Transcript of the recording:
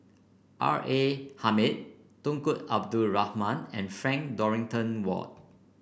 R A Hamid Tunku Abdul Rahman and Frank Dorrington Ward